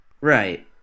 Right